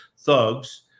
thugs